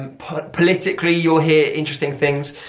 and politically you'll hear interesting things.